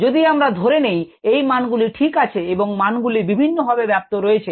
যদি আমরা ধরে নেই এই মানগুলি ঠিক আছে এবং মানগুলি বিভিন্নভাবে ব্যাপ্ত রয়েছে